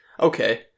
Okay